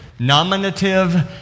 Nominative